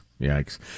Yikes